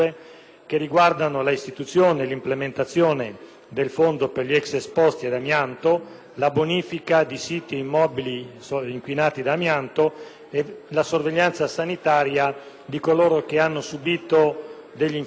del Fondo per gli ex esposti ad amianto, la bonifica di siti e immobili inquinati da amianto e la sorveglianza sanitaria di coloro che hanno risentito degli effetti negativi dell'esposizione all'amianto